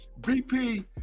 BP